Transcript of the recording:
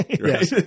Yes